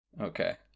Okay